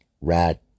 rad